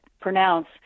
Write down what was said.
pronounce